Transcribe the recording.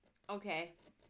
okay